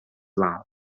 loud